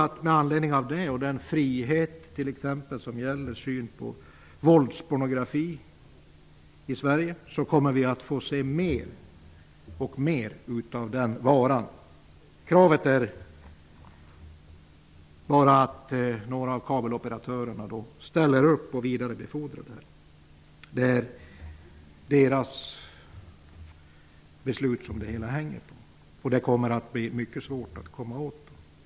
Mot denna bakgrund och med tanke på den frihet som i Sverige råder i synen på våldspornografi kommer vi nog att få möta mer och mer av denna företeelse. Det enda som krävs är att några kabeloperatörer vidarebefordrar programmen. Det är deras beslut som det hela hänger på, och det kommer att bli mycket svårt att komma åt dem.